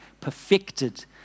perfected